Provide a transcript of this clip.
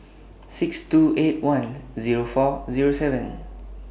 six two eight one Zero four Zero seven